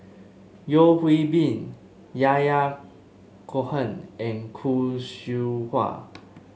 Yeo Hwee Bin Yahya Cohen and Khoo Seow Hwa